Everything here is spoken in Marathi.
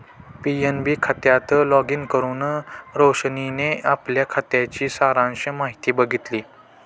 पी.एन.बी खात्यात लॉगिन करुन रोशनीने आपल्या खात्याची सारांश माहिती बघितली